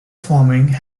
farming